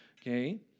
okay